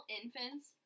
infants